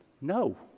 No